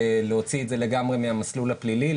להוציא את זה לגמרי מהמסלול הפלילי,